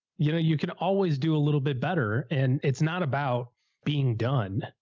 you know, you can always do a little bit better and it's not about being done. ah,